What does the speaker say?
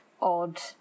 odd